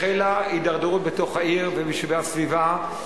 החלה הידרדרות בתוך העיר וביישובי הסביבה,